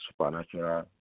supernatural